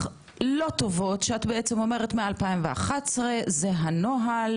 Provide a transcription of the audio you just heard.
לא טובות שאת בעצם אומרת מ-2011 זה הנוהל,